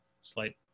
slight